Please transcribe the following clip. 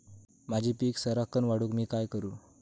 माझी पीक सराक्कन वाढूक मी काय करू?